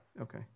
Okay